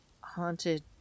haunted